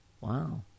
Wow